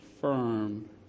firm